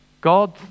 God